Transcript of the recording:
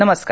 नमस्कार